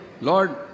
Lord